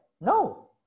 No